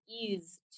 ease